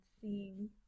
seeing